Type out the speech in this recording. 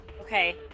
Okay